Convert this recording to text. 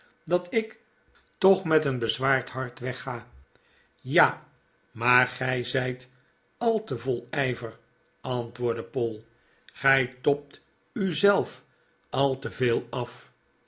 dat ik toch met een bezwaard hart wegga juffrouw gamp moet op reis ja maar gij zijt al te vol ijver antwoordde poll gij tobt u zelf al te veel af